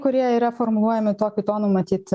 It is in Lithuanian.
kurie yra formuluojami tokiu tonu matyt